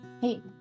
Hey